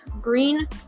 green